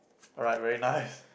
alright very nice